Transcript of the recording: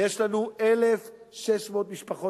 ויש לנו 1,600 משפחות,